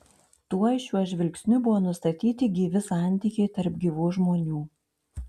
tuoj šiuo žvilgsniu buvo nustatyti gyvi santykiai tarp gyvų žmonių